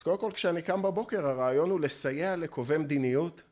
קודם כל כשאני קם בבוקר הרעיון הוא לסייע לקובעי מדיניות